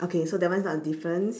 okay so that one is not a difference